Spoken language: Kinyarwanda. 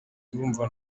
turumva